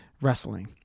wrestling